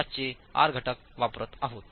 5 चे आर घटक वापरत आहोत